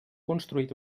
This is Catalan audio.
construït